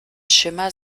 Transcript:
schimmer